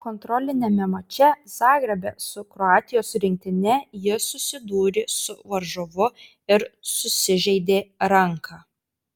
kontroliniame mače zagrebe su kroatijos rinktine jis susidūrė su varžovu ir susižeidė ranką